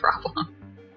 problem